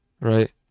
Right